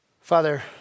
Father